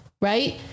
right